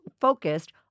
focused